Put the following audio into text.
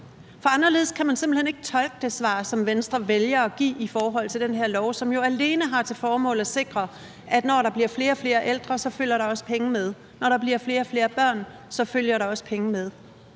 for anderledes kan man simpelt hen ikke tolke det svar, som Venstre vælger at give i forhold til den her lov, som alene har til formål at sikre, at når der bliver flere og flere ældre, følger der også penge med, og at når der bliver flere og flere børn, følger der også penge med.